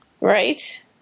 right